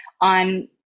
on